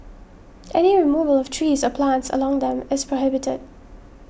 any removal of trees or plants along them is prohibited